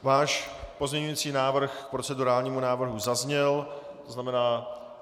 Váš pozměňovací návrh k procedurálnímu návrhu zazněl, to znamená...